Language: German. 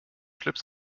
schlips